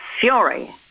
fury